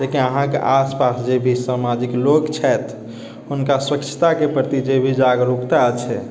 अहाँके आस पास जेभी सामाजिक लोक छथि हुनका स्वछताके प्रति जेभी जागरुकता छै